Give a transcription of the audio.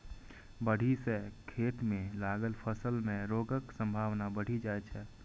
बाढ़ि सं खेत मे लागल फसल मे रोगक संभावना बढ़ि जाइ छै